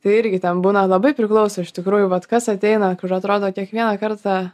tai irgi ten būna labai priklauso iš tikrųjų vat kas ateina kur atrodo kiekvieną kartą